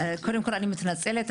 קודם כל אני מתנצלת,